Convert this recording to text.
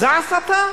זה הסתה.